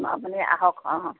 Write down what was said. আপুনি আহক